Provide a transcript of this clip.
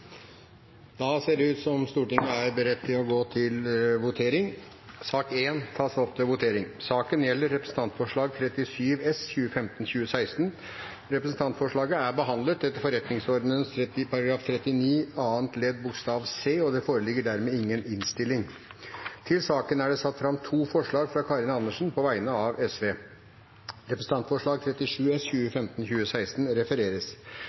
Da er Stortinget beredt til å gå til votering. Saken gjelder Dokument 8:37 S for 2015–2016. Representantforslaget er behandlet etter forretningsordenens § 39 annet ledd bokstav c), og det foreligger dermed ingen innstilling. Representantforslaget lyder: Under debatten er det satt fram to forslag. Det er forslagene nr. 1 og 2, fra Karin Andersen på vegne av